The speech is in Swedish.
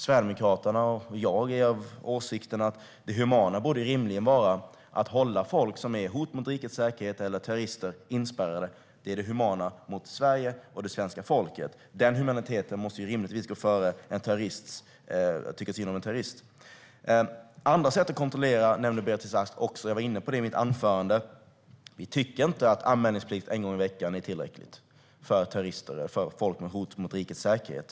Sverigedemokraterna och jag är av åsikten att det humana rimligen borde vara att hålla folk som är ett hot mot rikets säkerhet eller terrorister inspärrade. Det är det humana mot Sverige och det svenska folket. Den humaniteten måste rimligtvis gå före att tycka synd om en terrorist. Beatrice Ask nämnde också andra sätt att kontrollera. Jag var inne på det i mitt anförande. Vi tycker inte att anmälningsplikt en gång i veckan är tillräckligt för terrorister eller folk som utgör ett hot rikets säkerhet.